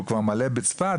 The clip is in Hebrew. והוא כבר מלא בצפת,